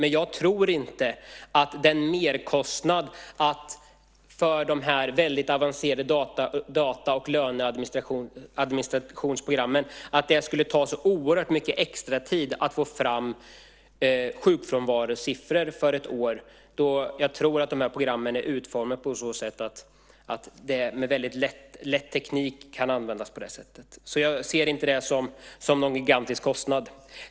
Men jag tror inte att det med de här väldigt avancerade data och löneadministrationsprogrammen skulle ta så oerhört mycket extratid att få fram sjukfrånvarosiffror för ett år. Jag tror att de här programmen är utformade så att de med väldigt lätt teknik kan användas på det sättet. Så jag ser inte det som någon gigantisk kostnad.